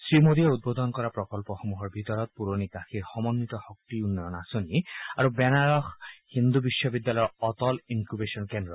শ্ৰীমোদীয়ে উদ্বোধন কৰা প্ৰকল্পসমূহৰ ভিতৰত পুৰণি কাশীৰ সমন্নিত শক্তি উন্নয়ন আঁচনি আৰু বেনাৰস হিন্দু বিশ্ববিদ্যালয়ৰ অটল ইনকুবেছন কেন্দ্ৰ